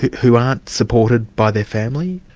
who aren't supported by their family?